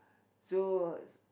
so